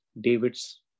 David's